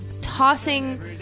tossing